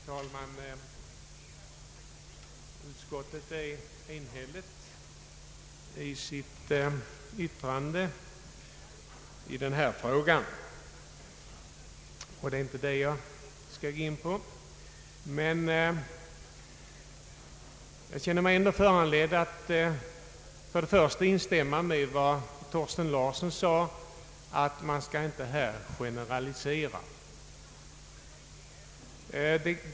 Herr talman! Utskottet är enhälligt i sitt utlåtande i denna fråga och jag skall inte gå in på det. Jag känner mig ändå föranlåten att till att börja med instämma i herr Thorsten Larssons ut talande att man inte skall generalisera.